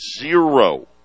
zero